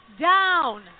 down